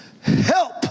Help